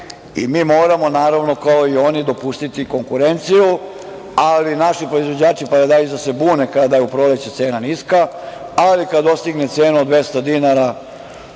i mi moramo, naravno, kao i oni, dopustiti konkurenciju, ali naši proizvođači paradajza se bune kada je u proleće cena niska, ali kada dostigne cenu od 200 dinara